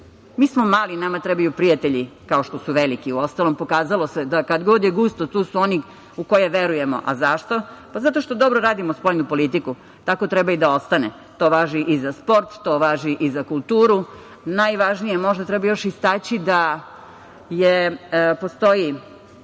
Mi smo mali, nama trebaju prijatelji, kao što su veliki. Uostalom, pokazalo se da kad god je gusto tu su oni u koje verujemo. Zašto? Zato što dobro radimo spoljnu politiku. Tako treba i da ostane. To važi i za sport, to važi i za kulturu. Najvažnije, možda treba još istaći da postoji